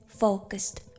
focused